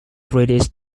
british